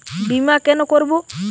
বিমা কেন করব?